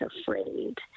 afraid